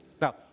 Now